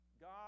God